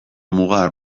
muga